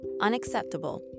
unacceptable